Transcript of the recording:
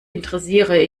interessiere